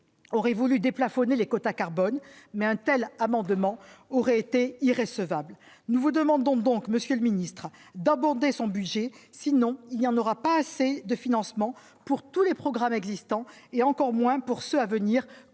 aurait voulu déplafonner les quotas carbone mais un tels amendements aurait été irrecevable, nous vous demandons donc Monsieur le Ministre d'aborder son budget, sinon il y en aura pas assez de financements pour tous les programmes existants et encore moins pour ceux à venir,